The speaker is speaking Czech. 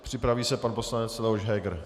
Připraví se pan poslanec Leoš Heger.